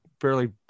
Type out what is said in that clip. fairly